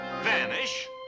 vanish